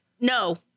No